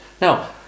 Now